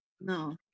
No